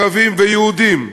ערבים ויהודים,